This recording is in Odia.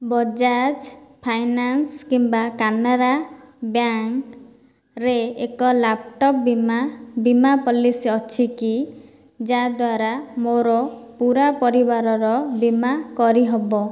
ବଜାଜ୍ ଫାଇନାନ୍ସ କିମ୍ବା କାନାରା ବ୍ୟାଙ୍କ୍ ରେ ଏକ ଲାପଟପ୍ ବୀମା ବୀମା ପଲିସି ଅଛିକି ଯାହାଦ୍ଵାରା ମୋର ପୂରା ପରିବାରର ବୀମା କରିହେବ